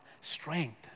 strength